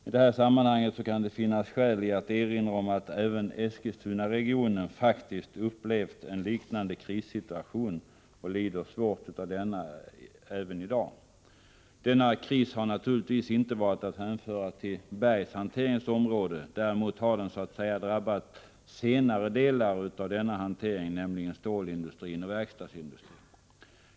I det sammanhanget kan det finnas skäl att erinra om att även Eskilstunaregionen faktiskt har upplevt en liknande krissituation och lider svårt av denna även i dag. Denna kris har naturligtvis inte varit att hänföra till bergshanteringens område. Däremot har den så att säga drabbat senare delar av denna hantering, nämligen stålindustrin och verkstadsindustrin.